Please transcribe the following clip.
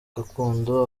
gakondo